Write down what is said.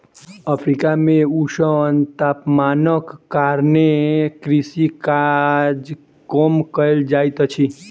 Africa मे ऊष्ण तापमानक कारणेँ कृषि काज कम कयल जाइत अछि